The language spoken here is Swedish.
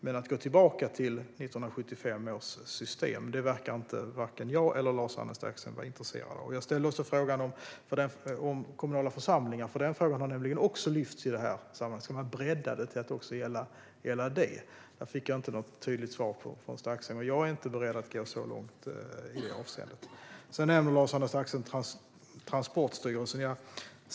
Men att gå tillbaka till 1975 års system verkar inte vare sig jag eller Lars-Arne Staxäng vara intresserad av. Jag ställde också en fråga om kommunala församlingar. Den frågan har nämligen också lyfts fram i detta sammanhang. Ska man bredda det här till att gälla även det? Där fick jag inte något tydligt svar från Staxäng. Jag är för min del inte beredd att gå så långt i det avseendet. Sedan nämner Lars-Arne Staxäng Transportstyrelsen.